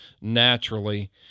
naturally